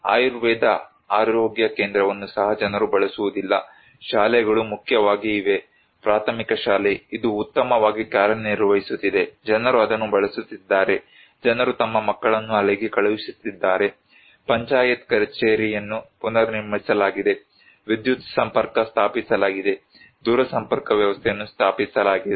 ಆಯುರ್ವೇದ ಆರೋಗ್ಯ ಕೇಂದ್ರವನ್ನು ಸಹ ಜನರು ಬಳಸುವುದಿಲ್ಲ ಶಾಲೆಗಳು ಮುಖ್ಯವಾಗಿ ಇವೆ ಪ್ರಾಥಮಿಕ ಶಾಲೆ ಇದು ಉತ್ತಮವಾಗಿ ಕಾರ್ಯನಿರ್ವಹಿಸುತ್ತಿದೆ ಜನರು ಅದನ್ನು ಬಳಸುತ್ತಿದ್ದಾರೆ ಜನರು ತಮ್ಮ ಮಕ್ಕಳನ್ನು ಅಲ್ಲಿಗೆ ಕಳುಹಿಸುತ್ತಿದ್ದಾರೆ ಪಂಚಾಯತ್ ಕಚೇರಿಯನ್ನು ಪುನರ್ನಿರ್ಮಿಸಲಾಗಿದೆ ವಿದ್ಯುತ್ ಸಂಪರ್ಕ ಸ್ಥಾಪಿಸಲಾಗಿದೆ ದೂರಸಂಪರ್ಕ ವ್ಯವಸ್ಥೆಯನ್ನು ಸ್ಥಾಪಿಸಲಾಗಿದೆ